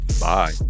Bye